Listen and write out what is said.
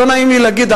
לא נעים לי להגיד,